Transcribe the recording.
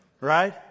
Right